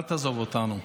אל תעזוב אותנו.